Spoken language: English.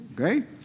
okay